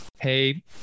Hey